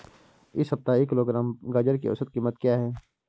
इस सप्ताह एक किलोग्राम गाजर की औसत कीमत क्या है?